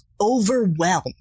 overwhelm